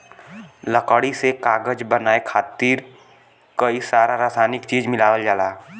लकड़ी से कागज बनाये खातिर कई सारा रासायनिक चीज मिलावल जाला